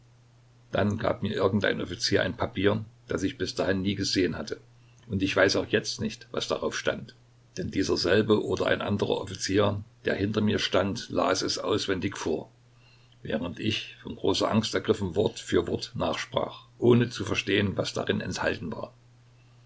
dann gab mir irgendein offizier ein papier das ich bis dahin nie gesehen hatte und ich weiß auch jetzt nicht was darauf stand denn dieser selbe oder ein anderer offizier der hinter mir stand las es auswendig vor während ich von großer angst ergriffen wort für wort nachsprach ohne zu verstehen was darin enthalten war